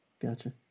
Gotcha